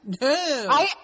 No